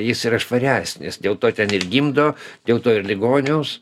jis yra švaresnis dėl to ten ir gimdo dėl to ir ligonius